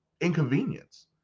inconvenience